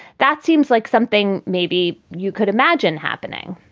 that seems like something maybe you could imagine happening